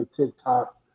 TikTok